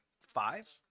five